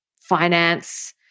finance